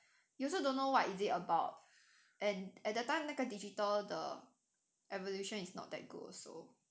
you also don't know what is it about and at that time 那个 digital the evolution is not that good also